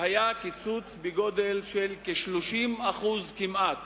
שהיה קיצוץ בגודל של כ-30% כמעט,